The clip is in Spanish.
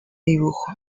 dibujo